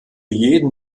jeden